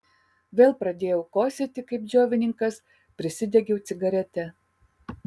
vėl pradėjau kosėti kaip džiovininkas prisidegiau cigaretę